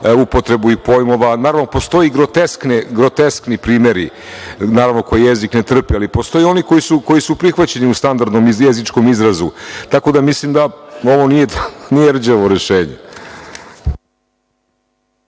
upotrebu pojmova. Naravno, postoje groteskni primeri koje jezik ne trpi, ali postoje oni koji su prihvaćeni u standardnom jezičkom izrazu. Mislim da ovo nije rđavo rešenje.